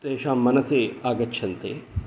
तेषां मनसि आगच्छन्ति